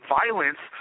violence